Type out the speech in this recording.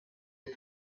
est